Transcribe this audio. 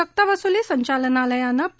सक्तवसूली संचालनालयानं पी